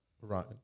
Right